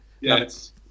Yes